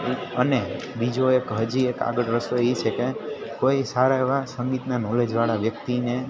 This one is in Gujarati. અને બીજું એક હજી એક આગળ રસ્તો એ છે કે કોઈ સારા એવા સંગીતના નોલેજવાળા વ્યક્તિને